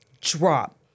drop